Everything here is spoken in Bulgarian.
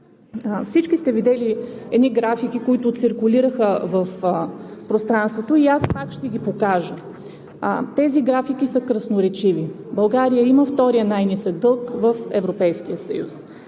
Всички сте видели едни графики, които циркулираха в пространството, и аз пак ще ги покажа. Тези графики са красноречиви – България има втория най-нисък дълг в Европейския съюз